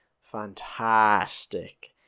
fantastic